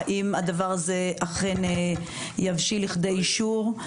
האם הדבר הזה אכן יבשיל לכדי אישור?